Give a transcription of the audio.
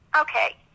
Okay